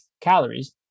calories